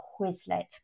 Quizlet